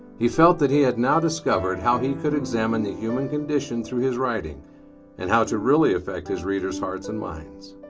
he felt that he had now discovered how he could exam and the human condition through his writing and how to really affect his reader's hearts and minds.